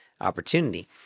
opportunity